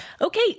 okay